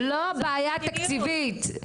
בעיה של תקציבים.